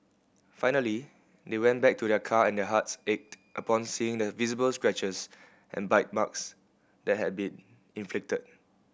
finally they went back to their car and their hearts ached upon seeing the visible scratches and bite marks that had been inflicted